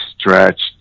stretched